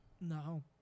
No